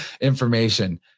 information